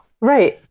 Right